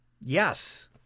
yes